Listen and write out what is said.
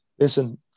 listen